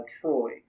Troy